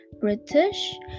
British